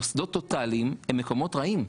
מוסדות טוטאליים הם מקומות רעים.